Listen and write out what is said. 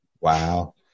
wow